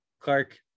Clark